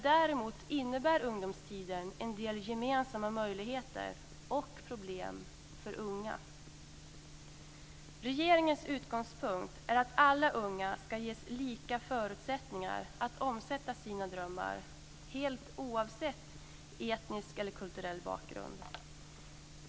Däremot innebär ungdomstiden en del gemensamma möjligheter, och problem, för unga. Regeringens utgångspunkt är att alla unga ska ges lika förutsättningar att omsätta sina drömmar, helt oavsett etnisk eller kulturell bakgrund.